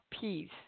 peace